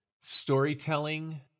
storytelling